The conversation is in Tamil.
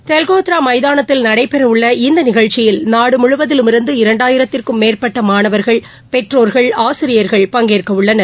டெலகோத்ரா மைதானத்தில் நடைபெறவுள்ள இந்த் நிகழ்ச்சியில் நாடு முழுவதிலுமிருந்து இரண்டாயிரத்திற்கும் மேற்பட்ட மாணவர்கள் பெற்றோர்கள ஆசிரியர்கள் பங்கேற்கவுள்ளனர்